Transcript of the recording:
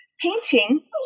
painting